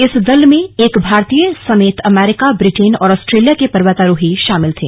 इस दल में एक भारतीय समेत अमेरिका ब्रिटेन और ऑस्ट्रेलिया के पर्वतारोही शामिल थे